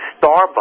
Starbucks